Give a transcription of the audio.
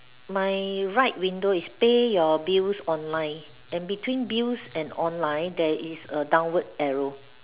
my right window is pay your bills online and between bills and online there is a downward arrow